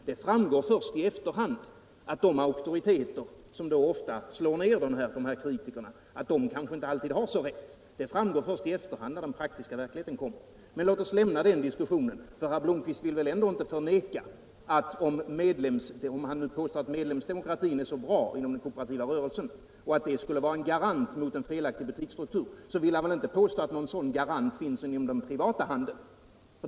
Det framgår först i efterhand —- i den praktiska verkligheten — att de ”auktoriteter” som ofta slår ned kritikerna inte alltid har så rätt. Men låt oss lämna den diskussionen, för herr Blomkvist vill väl ändå inte — även om han nu påstår att medlemsdemokratin är så bra inom den kooperativa rörelsen och att detta skulle vara en garanti mot en felaktig butiksstruktur — hävda att någon sådan garanti finns inom den privata handeln.